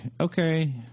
okay